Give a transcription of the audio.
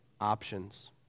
options